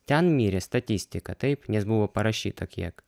ten mirė statistika taip nes buvo parašyta kiek